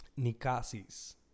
Nikasi's